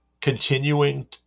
continuing